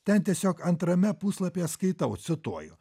ten tiesiog antrame puslapyje skaitau cituoju